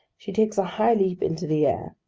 she takes a high leap into the air.